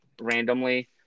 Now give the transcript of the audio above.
randomly